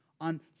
on